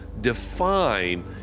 define